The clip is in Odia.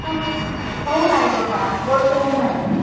ଆମର୍ ହଉ ନାହିଁ ବେପାର୍ ଭଲସେ ହଉ ନାଇଁ